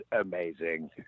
amazing